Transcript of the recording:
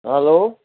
hello